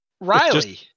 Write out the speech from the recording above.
Riley